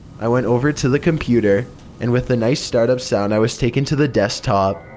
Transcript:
i went over to the computer and with the nice startup sound i was taken to the desktop.